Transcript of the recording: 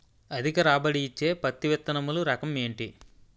అధిక రాబడి ఇచ్చే పత్తి విత్తనములు రకం ఏంటి?